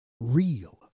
real